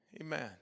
Amen